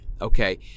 okay